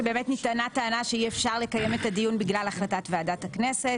שבאמת נטענה טענה שאי אפשר לקיים את הדיון בגלל החלטת ועדת הכנסת,